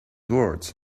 words